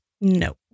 no